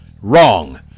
Wrong